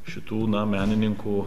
šitų na menininkų